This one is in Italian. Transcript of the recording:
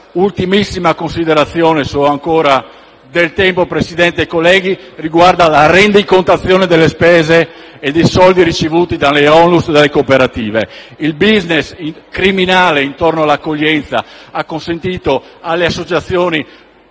Un'ultimissima considerazione, se ho ancora del tempo a disposizione, riguarda la rendicontazione delle spese e dei soldi ricevuti dalle Onlus e dalle cooperative. Il *business* criminale intorno all'accoglienza ha consentito alle associazioni